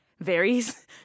varies